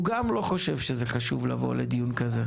הוא גם לא חושב שזה חשוב לבוא לדיון כזה.